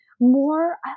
more